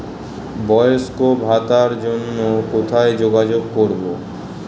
বয়স্ক ভাতার জন্য কোথায় যোগাযোগ করব?